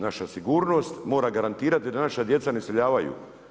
Naša sigurnost mora garantirati da naša djeca ne iseljavaju.